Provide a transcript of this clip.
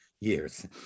years